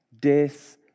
death